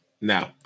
Now